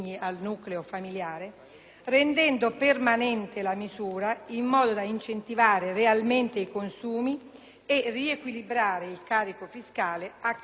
rendendo permanente la misura, in modo da incentivare realmente i consumi e riequilibrare il carico fiscale a carico delle famiglie.